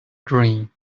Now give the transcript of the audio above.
dream